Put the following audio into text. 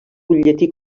butlletí